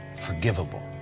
forgivable